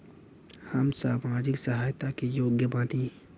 हम सामाजिक सहायता के योग्य बानी?